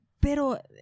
Pero